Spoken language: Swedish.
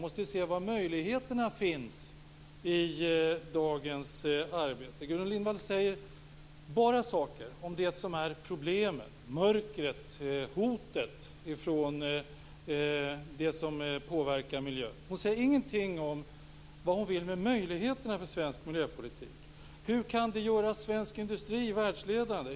Man måste se var möjligheterna finns i dagens arbete. Gudrun Lindvall säger bara saker om det som är problemen, mörkret, hotet från det som påverkar miljön. Hon säger ingenting om vad hon vill med möjligheterna för svensk miljöpolitik. Hur kan vi göra svensk industri världsledande?